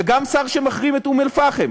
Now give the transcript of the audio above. וגם שר שמחרים את אום-אלפחם,